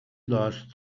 lost